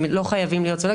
הם לא חייבים להיות סולק,